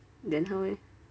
then how eh